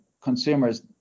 consumers